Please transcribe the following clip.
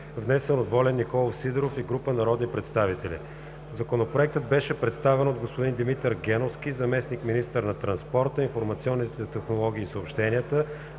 внесен от Волен Николов Сидеров и група народни представители. Законопроектът беше представен от господин Димитър Геновски – заместник-министър на транспорта, информационните технологии и съобщенията,